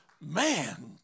man